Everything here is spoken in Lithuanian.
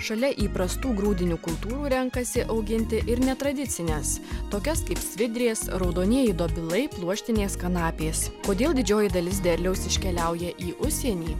šalia įprastų grūdinių kultūrų renkasi auginti ir netradicines tokias kaip svidrės raudonieji dobilai pluoštinės kanapės kodėl didžioji dalis derliaus iškeliauja į užsienį